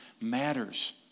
matters